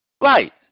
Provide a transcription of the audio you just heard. Right